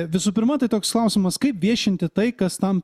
visų pirma tai toks klausimas kaip viešinti tai kas tam